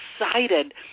excited